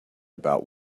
about